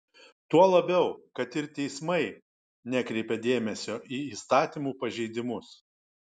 tuo labiau kad ir teismai nekreipia dėmesio į įstatymų pažeidimus